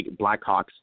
Blackhawks